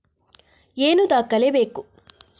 ಏನು ದಾಖಲೆ ಬೇಕು?